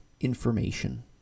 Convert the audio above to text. information